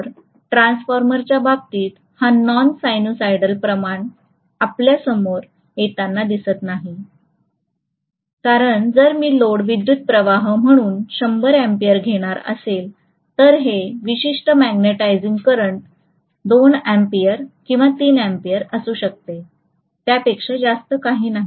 तर ट्रान्सफॉर्मरच्या बाबतीत हा नॉन सायनुसायडल प्रमाण आपल्या समोर येताना दिसत नाही कारण जर मी लोड विद्युतप्रवाह म्हणून 100 अँपिअर घेणार असेल तर हे विशिष्ट मॅग्निटायझिंग करंट 2 अँपिअर किंवा 3 अँपिअर असू शकते त्यापेक्षा जास्त काही नाही